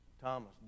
Thomas